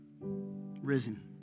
risen